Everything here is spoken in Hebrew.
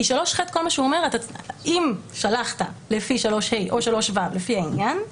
כי 3ח אומר שאם שלחת לפי 3ה או 3ו לפי העניין,